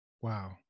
wow